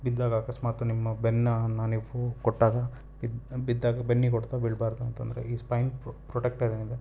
ಬಿದ್ದಾಗ ಅಕಸ್ಮಾತ್ ನಿಮ್ಮ ಬೆನ್ನು ನಾನು ಈಗ ಫು ಕೊಟ್ಟಾಗ ಬಿದ್ದಾಗ ಬೆನ್ನಿಗೆ ಹೊಡೆತ ಬೀಳಬಾರ್ದು ಅಂತಂದರೆ ಈ ಸ್ಪೈನ್ ಪ್ರೊ ಪ್ರೊಟೆಕ್ಟರ್ ಏನಿದೆ